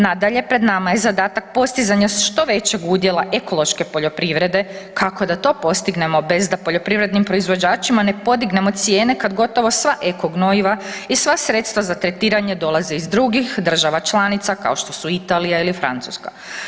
Nadalje, pred nama je zadatak postizanja što većeg udjela ekološke poljoprivrede, kako da to postignemo bez da poljoprivrednim proizvođačima ne podignemo cijene kad gotovo sva eko gnojiva i sva sredstva za tretiranje dolaze iz drugih država članica, kao što su Italija ili Francuska.